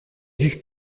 vue